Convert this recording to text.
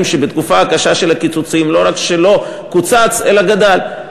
שבתקופה הקשה של הקיצוצים לא רק שלא קוצץ אלא גדל,